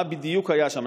מה בדיוק היה שם,